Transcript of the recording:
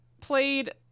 played